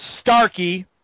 Starkey